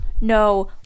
No